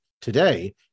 today